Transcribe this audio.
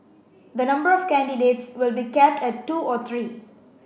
the number of candidates will be capped at two or three